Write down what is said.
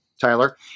Tyler